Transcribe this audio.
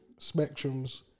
spectrums